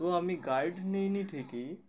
তো আমি গাইড নিই নি ঠিকই